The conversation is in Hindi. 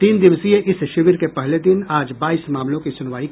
तीन दिवसीय इस शिविर के पहले दिन आज बाईस मामलों की सुनवाई की गयी